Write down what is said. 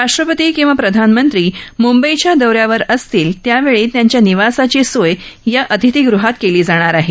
राष्ट्रपती किंवा प्रधानमंत्री मुंबईच्या दौऱ्यावर असतील त्यावेळी त्यांच्या निवासाची सोय या अतिथीगृहात केली जाणार आहे